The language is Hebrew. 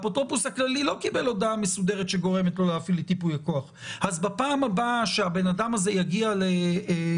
לדיור מוגן להרים טלפון לאפוטרופוס הכללי בלי שפה באמת יש מישהו שלוקח